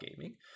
gaming